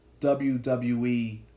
WWE